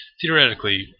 theoretically